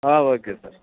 okay sir